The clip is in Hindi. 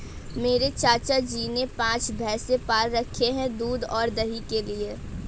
मेरे चाचा जी ने पांच भैंसे पाल रखे हैं दूध और दही के लिए